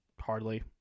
hardly